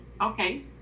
okay